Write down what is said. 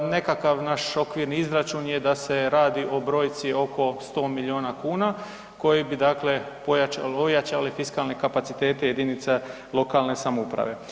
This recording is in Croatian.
Nekakav naš okvir izračun je da se radi o brojci oko 100 milijuna kuna koje bi dakle ojačale fiskalne kapacitete jedinica lokalne samouprave.